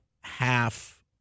half